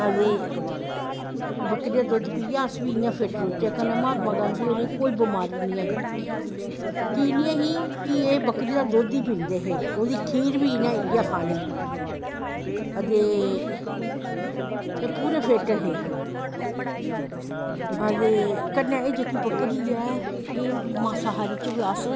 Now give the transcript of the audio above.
बकरी दा दुध्द पियै इयां अस बी फिट्ट रौह्चै कन्नैं महात्मां गांधी होरें गी कोई बी बमारी नेंई ही की नी ऐही ही कि के एह् बकरी दा दुध्द गा नी पींदे हे ओह्दी खीर बी उनैं इयै खानी ते एह् पूरे फिट्ट हे ते कन्नैं एह् जेह्की बकरी ऐ एह् मासा हारी च बी अस